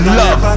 love